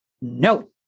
no